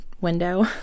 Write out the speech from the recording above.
window